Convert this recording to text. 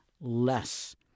less